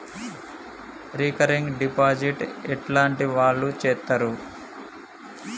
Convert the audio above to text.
Recurring deposit ఎట్లాంటి వాళ్లు చేత్తరు?